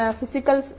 physical